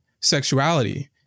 sexuality